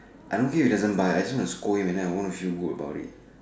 I don't care if he doesn't buy I just want to scold him and then I want to feel good about it